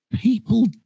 people